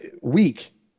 week